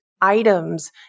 items